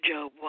Job